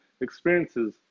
experiences